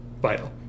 vital